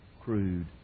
crude